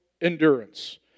endurance